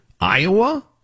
Iowa